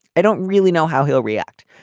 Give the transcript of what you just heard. i don't really know how he'll react.